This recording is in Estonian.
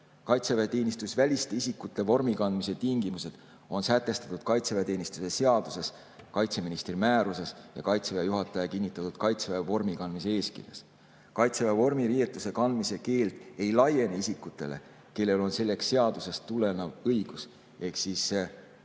Kaitseväeteenistusväliste isikute vormi kandmise tingimused on sätestatud kaitseväeteenistuse seaduses, kaitseministri määruses ja Kaitseväe juhataja kinnitatud Kaitseväe vormikandmiseeskirjas. Kaitseväe vormiriietuse kandmise keeld ei laiene isikutele, kellel on selleks seadusest tulenev õigus, ehk